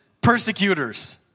persecutors